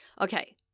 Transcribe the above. Okay